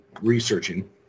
researching